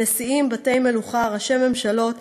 נשיאים, בתי מלוכה, ראשי ממשלות,